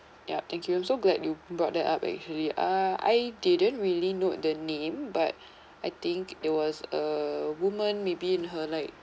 yup thank you so glad you brought that up ah I didn't really know the name but I think it was a woman maybe in her late